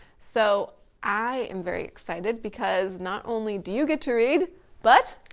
so i am very excited because, not only do you get to read but,